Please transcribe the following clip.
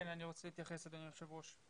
כן, אני רוצה להתייחס, אדוני היושב ראש.